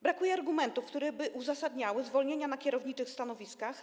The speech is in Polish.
Brakuje argumentów, które uzasadniałyby zwolnienia na kierowniczych stanowiskach.